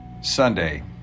Sunday